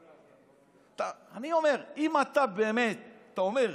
אני אומר, אם אתה באמת אומר,